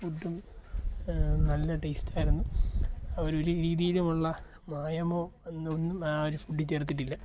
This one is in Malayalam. ഫുഡ്ഡും നല്ല ടേസ്റ്റ് ആയിരുന്നു അവർ ഒരു രീതിയിലുള്ള മായമോ ഒന്ന് ഒന്നും ആ ഒരു ഫുഡ്ഡിൽ ചേർത്തിട്ടില്ല